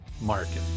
market